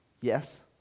Yes